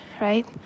right